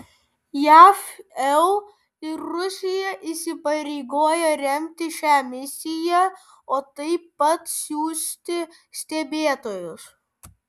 jav eu ir rusija įsipareigoja remti šią misiją o taip pat siųsti stebėtojus